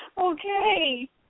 Okay